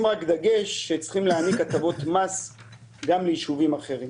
אשים רק דגש על כך שצריך להעניק הטבות מס גם לישובים אחרים.